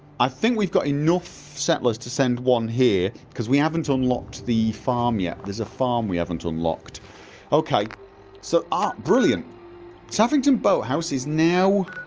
i think we've got enough settlers to send one here cause we haven't unlocked the farm yet there's a farm we haven't unlocked okay so i'll ah brilliant taffington boathouse is now